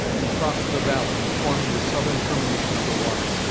and crossed the valley, forming the southern termination of the water.